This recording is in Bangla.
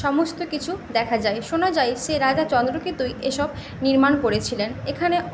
সমস্ত কিছু দেখা যায় শোনা যায় সেই রাজা চন্দ্রকেতুই এইসব নির্মাণ করেছিলেন এখানে